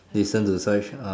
listen to such